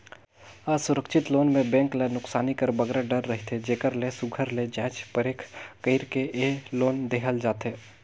असुरक्छित लोन में बेंक ल नोसकानी कर बगरा डर रहथे जेकर ले सुग्घर ले जाँच परेख कइर के ए लोन देहल जाथे